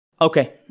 Okay